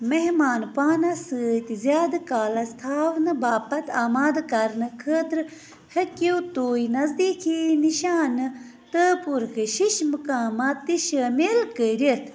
مہمان پانَس سۭتۍ زیادٕ کالَس تھاونہٕ باپتھ آمادٕ کرنہٕ خٲطرٕ ہیٚکِو تُہۍ نزدیٖکی نِشانہٕ تہٕ پُرکٔشِش مقامات تہِ شٲمِل کٔرِتھ